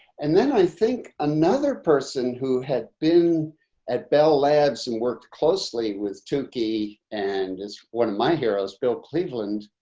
and then i think another person who had been at bell labs and worked closely with tookie, and is one of my heroes, bill cleveland,